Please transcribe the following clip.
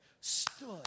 stood